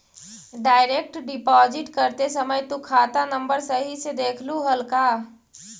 Direct deposit करते समय तु खाता नंबर सही से देखलू हल का?